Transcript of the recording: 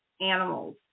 animals